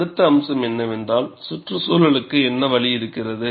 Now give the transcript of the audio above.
அடுத்த அம்சம் என்னவென்றால் சுற்றுச்சூழலுக்கு என்ன வழி இருக்கிறது